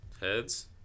Heads